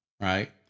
right